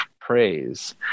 praise